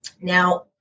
Now